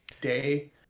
day